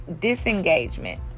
disengagement